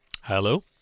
Hello